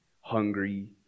hungry